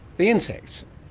the insects.